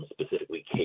specifically